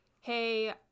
hey